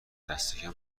دستکم